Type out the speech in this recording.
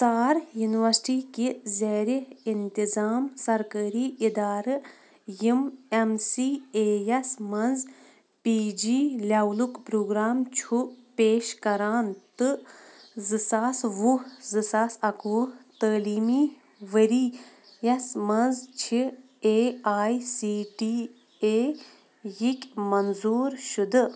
ژار یونِوَرسِٹِی کہِ زیٖرِ اِنتِظام سَرکٲرِی اِدارٕ یِم اٮ۪م سی اے یَس منٛز پی جی لٮ۪ولُک پرٛوگرام چھُ پیش کران تہٕ زٕ ساس وُہ زٕ ساس اَکہٕ وُہ تٲلیٖمی ؤری یَس منٛز چھِ A I C T E یِکۍ مَنظُور شُدٕ